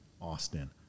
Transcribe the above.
Austin